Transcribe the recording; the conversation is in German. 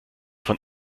von